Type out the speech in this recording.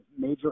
major